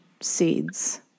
Seeds